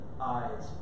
eyes